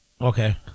Okay